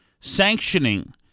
sanctioning